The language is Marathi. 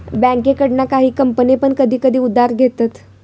बँकेकडना काही कंपने पण कधी कधी उधार घेतत